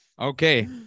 Okay